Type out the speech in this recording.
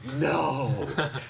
no